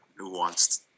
nuanced